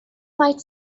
might